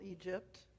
Egypt